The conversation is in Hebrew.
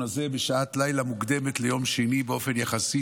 הזה בשעת לילה מוקדמת ליום שני באופן יחסי,